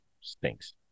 Stinks